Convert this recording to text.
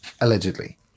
Allegedly